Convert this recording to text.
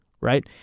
right